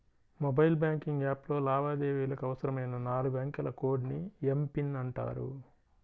mobile banking యాప్లో లావాదేవీలకు అవసరమైన నాలుగు అంకెల కోడ్ ని ఎమ్.పిన్ అంటారు